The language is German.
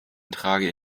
trage